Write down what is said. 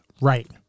right